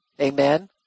Amen